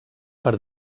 per